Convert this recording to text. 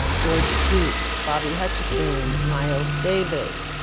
um george duke, bobby hutcherson, miles davis.